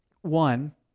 One